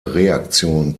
reaktion